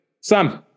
Sam